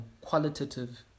qualitative